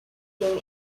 gain